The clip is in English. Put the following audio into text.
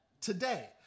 today